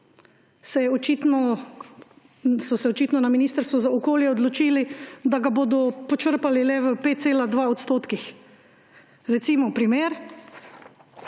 so se očitno na Ministrstvu za okolje odločili, da ga bodo počrpali le v 5,2 %. Recimo, primer,